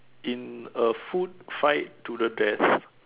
in a food fight to the death